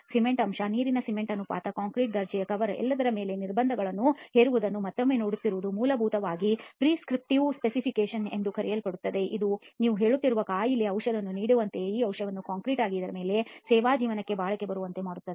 cement ಅಂಶ ನೀರಿಗೆ cement ಅನುಪಾತ ಕಾಂಕ್ರೀಟ್ ದರ್ಜೆಯ ಕವರ್ ಮತ್ತು ಎಲ್ಲದರ ಮೇಲೆ ನಿರ್ಬಂಧಗಳನ್ನು ಹೇರುವುದನ್ನು ಮತ್ತೊಮ್ಮೆ ನೋಡುತ್ತಿರುವುದು ಮೂಲತಃ ಪ್ರಿಸ್ಕ್ರಿಪ್ಟಿವ್ ಸ್ಪೆಸಿಫಿಕೇಶನ್ ಎಂದು ಕರೆಯಲ್ಪಡುತ್ತದೆ ಮತ್ತು ಇದು ನೀವು ಹೇಳುತ್ತಿರುವ ಕಾಯಿಲೆಗೆ ಔಷಧಿಯನ್ನು ನೀಡುವಂತಿದೆ ಈ ಔಷಧಿಯನ್ನು ಕಾಂಕ್ರೀಟ್ ಆಗಿ ಅದರ ಸೇವಾ ಜೀವನಕ್ಕೆ ಬಾಳಿಕೆ ಬರುವಂತೆ ಮಾಡಬೇಕು